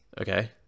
Okay